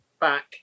back